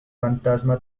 fantasma